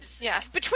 Yes